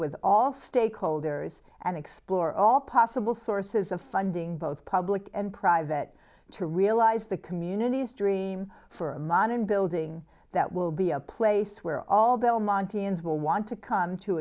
with all stakeholders and explore all possible sources of funding both public and private to realize the community's dream for a modern building that will be a place where all belmonte ans will want to come to